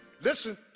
listen